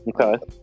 Okay